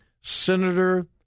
senator